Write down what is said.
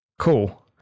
Cool